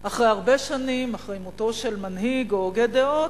אחרי הרבה שנים, אחרי מותו של מנהיג או הוגה דעות: